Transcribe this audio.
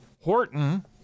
Horton